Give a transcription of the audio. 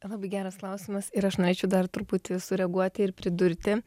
labai geras klausimas ir aš norėčiau dar truputį sureaguoti ir pridurti